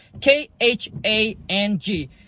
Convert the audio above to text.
K-H-A-N-G